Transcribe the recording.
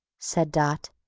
said dot.